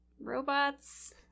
robots